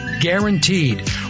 Guaranteed